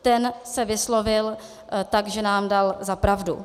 Ten se vyslovil tak, že nám dal za pravdu.